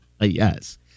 Yes